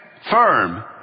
Firm